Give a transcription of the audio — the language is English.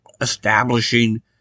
establishing